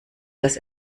dass